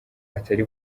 atari